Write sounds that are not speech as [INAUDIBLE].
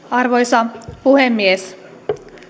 [UNINTELLIGIBLE] arvoisa puhemies